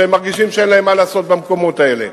שמרגישים שאין להם מה לעשות במקומות האלה.